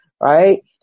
Right